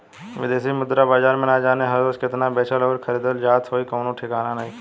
बिदेशी मुद्रा बाजार में ना जाने हर रोज़ केतना बेचल अउरी खरीदल जात होइ कवनो ठिकाना नइखे